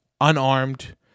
unarmed